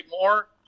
more